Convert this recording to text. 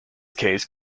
case